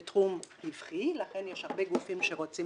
זה תחום רווחי ולכן יש הרבה גופים שרוצים